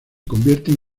convierten